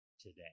today